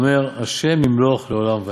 ואומר 'ה' ימלך לעלם ועד'"